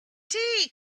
tea